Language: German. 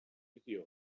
visier